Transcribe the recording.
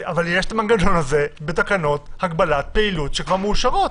אבל יש את המנגנון הזה בתקנות הגבלת פעילות שכבר מאושרות.